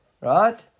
right